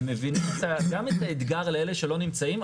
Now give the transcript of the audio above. הם מבינים גם את האתגר לאלה שלא נמצאים,